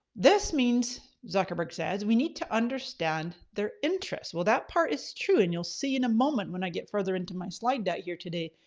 this means zuckerberg says, we need to understand their interest. well, that part is true and you'll see in a moment when i get further into my slide deck here today,